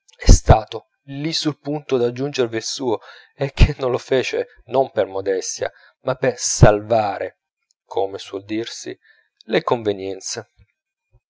è stato lì sul punto d'aggiungervi il suo e che non lo fece non per modestia ma per salvare come suol dirsi le convenienze